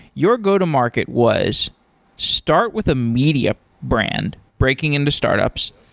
your go-to-market was start with a media brand, breaking into startups,